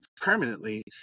permanently